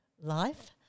life